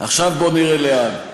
עכשיו בוא נראה לאן.